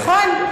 נכון.